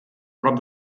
prop